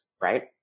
right